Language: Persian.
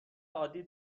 عادی